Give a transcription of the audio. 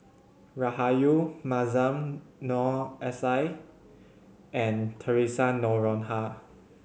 Rahayu Mahzam Noor S I and Theresa Noronha